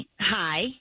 Hi